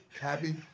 Happy